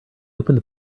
opened